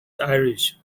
irish